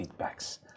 feedbacks